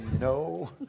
no